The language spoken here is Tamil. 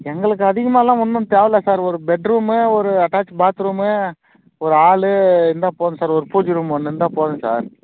எங்களுக்கு அதிகமாலம் ஒன்றும் தேவையில்ல சார் ஒரு பெட்ரூமு ஒரு அட்டாச் பாத்ரூமு ஒரு ஹாலு இருந்தால் போதும் சார் ஒரு பூஜைரூம் ஒன்று இருந்தால் போதும் சார்